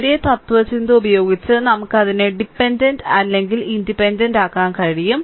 ഒരേ തത്ത്വചിന്ത ഉപയോഗിച്ച് നമുക്ക് അതിനെ ഡിപെൻഡന്റ് അല്ലെങ്കിൽ ഇൻഡിപെൻഡന്റ് ആക്കാൻ കഴിയും